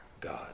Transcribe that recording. God